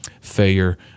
failure